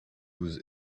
whose